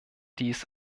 dies